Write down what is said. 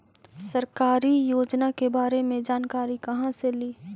सरकारी योजना के बारे मे जानकारी कहा से ली?